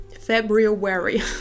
February